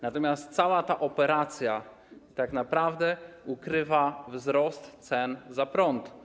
Natomiast cała ta operacja tak naprawdę ukrywa wzrost cen za prąd.